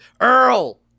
Earl